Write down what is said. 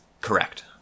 Correct